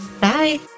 bye